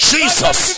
Jesus